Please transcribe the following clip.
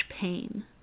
pain